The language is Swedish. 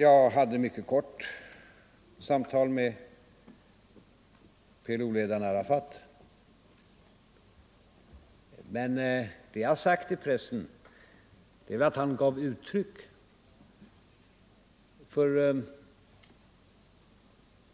Jag hade ett mycket kort samtal med PLO-ledaren Arafat. Jag har sagt till pressen att han gav uttryck för